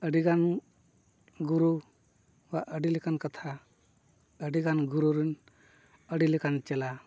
ᱟᱹᱰᱤᱜᱟᱱ ᱜᱩᱨᱩ ᱵᱟ ᱟᱹᱰᱤ ᱞᱮᱠᱟᱱ ᱠᱟᱛᱷᱟ ᱟᱹᱰᱤᱜᱟᱱ ᱜᱩᱨᱩ ᱨᱮᱱ ᱟᱹᱰᱤ ᱞᱮᱠᱟᱱ ᱪᱮᱞᱟ